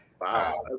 Wow